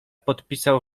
podpisał